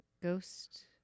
Ghost